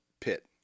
pit